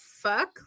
fuck